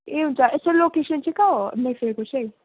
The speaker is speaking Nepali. ए हुन्छ यसको लोकेसन चाहिँ कहाँ हो मेफेयरको चाहिँ